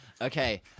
Okay